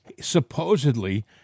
supposedly—